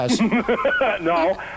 No